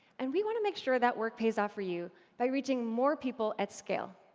and we want to make sure that work pays off for you by reaching more people at scale